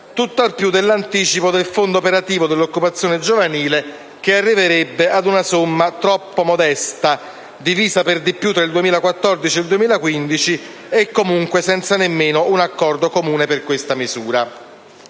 tutt'al più dell'anticipo del fondo operativo per l'occupazione giovanile, che arriverebbe ad una somma troppo modesta, divisa per di più tra il 2014 e il 2015, e comunque senza nemmeno un accordo comune su questa misura.